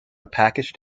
packaged